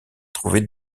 trouver